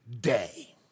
day